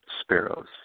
Sparrows